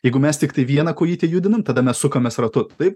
jeigu mes tiktai vieną kojytę judinam tada mes sukamės ratu taip